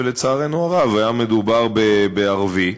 ולצערנו הרב היה מדובר בערבי.